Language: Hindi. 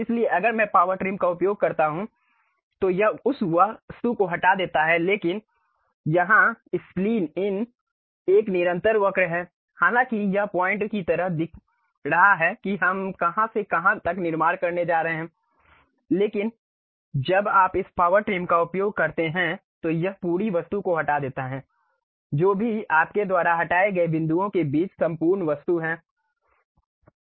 इसलिए अगर मैं पावर ट्रिम का उपयोग करता हूं तो यह उस वस्तु को हटा देता है लेकिन यहां स्प्लीन इन एक निरंतर वक्र है हालांकि यह पॉइंट की तरह दिखा रहा है कि हम कहां से कहां निर्माण करने जा रहे हैं लेकिन जब आप इस पावर ट्रिम का उपयोग करते हैं तो यह पूरी वस्तु को हटा देता है जो भी आपके द्वारा हटाए गए बिंदुओं के बीच संपूर्ण वस्तु है